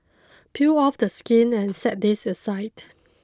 peel off the skin and set this aside